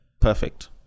perfect